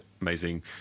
amazing